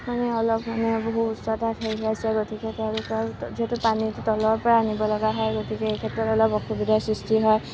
মানে অলপ মানে বহু উচ্চতাত হেৰি আছে গতিকে তেওঁলোকৰ যিহেতু পানীটো তলৰ পৰা আনিব লাগে গতিকে এইক্ষেত্ৰত অলপ অসুবিধাৰ সৃষ্টি হয়